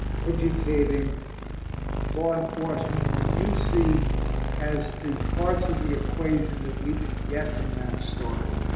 educating law enforcement, what you see as the parts of the equation that we didn't get from that story,